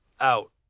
out